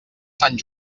sant